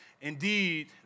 Indeed